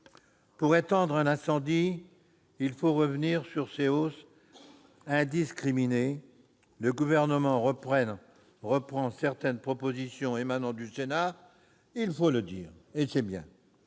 Pour éteindre l'incendie, il fallait revenir sur ces hausses indiscriminées ; le Gouvernement reprend certaines propositions émanant du Sénat- il faut le dire -, et c'est une